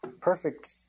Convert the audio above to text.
perfect